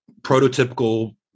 prototypical